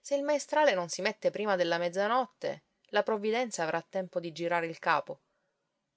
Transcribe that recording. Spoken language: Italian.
se il maestrale non si mette prima della mezzanotte la provvidenza avrà tempo di girare il capo